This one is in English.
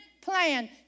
plan